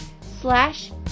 slash